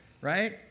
right